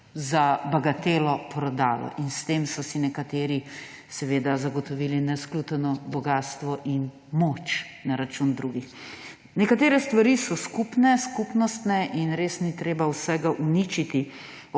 za bagatelo prodalo. S tem so si nekateri zagotovili nesluteno bogastvo in moč na račun drugih. Nekatere stvari so skupnostne in res ni treba vsega uničiti.